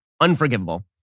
unforgivable